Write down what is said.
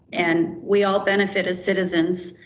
and we all benefit as citizens.